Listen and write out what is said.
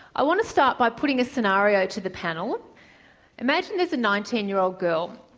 i want to start by putting a scenario to the panel imagine there's a nineteen year old girl,